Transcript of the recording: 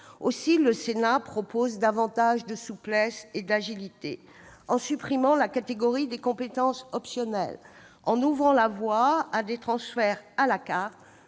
Aussi le Sénat propose-t-il davantage de souplesse et d'agilité en supprimant la catégorie des compétences optionnelles, en ouvrant la voie à des transferts à la carte